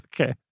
Okay